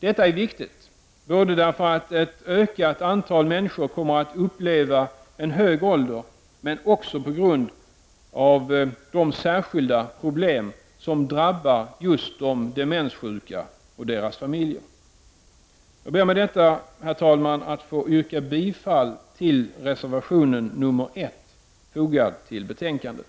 Detta är viktigt både därför att ett ökat antal människor kommer att uppleva en hög ålder, men också på grund av de särskilda problem som drabbar just de demenssjuka och deras familjer. Jag ber med detta, herr talman, att få yrka bifall till reservationen 1 fogad till betänkandet.